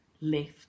left